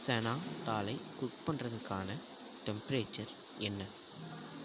சனா தாலை குக் பண்ணுறதுக்கான டெம்பரேச்சர் என்ன